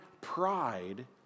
pride